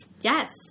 Yes